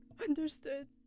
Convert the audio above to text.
Understood